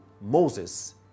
Moses